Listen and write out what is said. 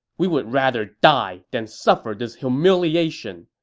we would rather die than suffer this humiliation.